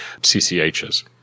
CCHs